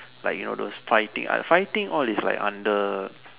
like you know those fighting fighting all is like under